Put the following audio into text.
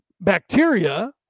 bacteria